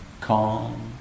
calm